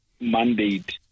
mandate